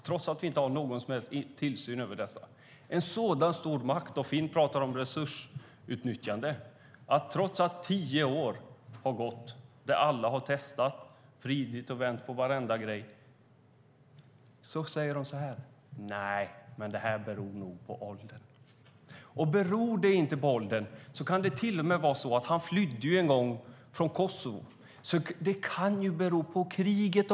Trots att vi inte har någon som helst tillsyn över dessa läkare - och Finn talar om resursutnyttjande - har de så stor makt att de trots att tio år har gått och trots att alla har testat, vridit och vänt på varenda grej säger: Nej, det här beror nog på ålder. Och om det inte beror på åldern kan det till och med vara så att eftersom han en gång flydde från Kosovo kan det också bero på kriget.